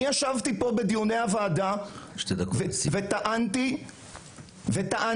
ישבתי פה בדיוני הוועדה וטענתי שאין